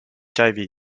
hiv